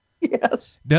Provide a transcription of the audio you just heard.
Yes